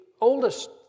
oldest